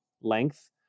length